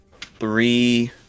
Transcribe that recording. Three